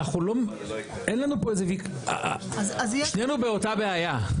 אנחנו לא, אין לנו פה איזה, שנינו באותה בעיה.